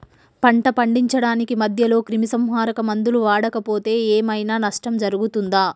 పంట పండించడానికి మధ్యలో క్రిమిసంహరక మందులు వాడకపోతే ఏం ఐనా నష్టం జరుగుతదా?